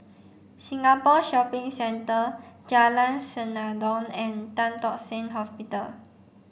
Singapore Shopping Centre Jalan Senandong and Tan Tock Seng Hospital